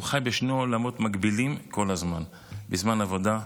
הוא חי בשני עולמות מקבילים כל הזמן: בזמן העבודה,